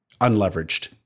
unleveraged